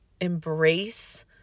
embrace